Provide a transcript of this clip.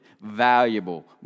valuable